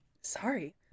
Sorry